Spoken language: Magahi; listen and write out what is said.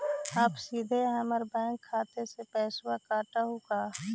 आप सीधे हमर बैंक खाता से पैसवा काटवहु का?